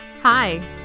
Hi